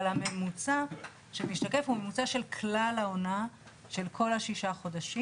אבל הממוצע שמשתקף הוא ממוצע של כלל העונה של כל השישה חודשים.